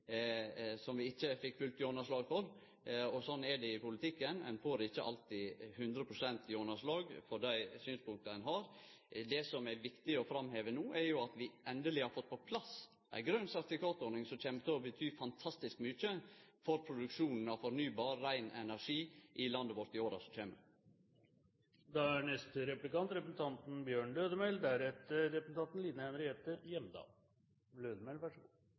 noko vi ikkje fekk fullt gjennomslag for. Sånn er det i politikken, ein får ikkje alltid 100 pst. gjennomslag for dei synspunkta ein har. Det som er viktig å framheve no, er at vi endeleg har fått på plass ei grøne-sertifikat-ordning, som kjem til å bety fantastisk mykje for produksjonen av fornybar, rein energi i landet vårt i åra som kjem. Representanten